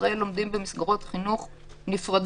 ישראל לומדים במסגרות חינוך נפרדות,